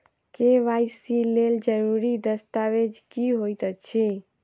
KYC लेल जरूरी दस्तावेज की होइत अछि?